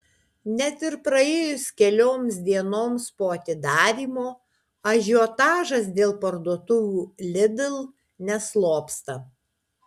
net ir praėjus kelioms dienoms po atidarymo ažiotažas dėl parduotuvių lidl neslopsta